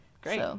great